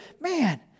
man